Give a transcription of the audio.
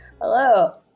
Hello